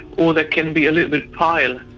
or they can be a little bit pale.